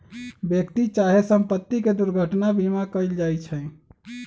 व्यक्ति चाहे संपत्ति के दुर्घटना बीमा कएल जाइ छइ